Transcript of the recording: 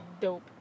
dope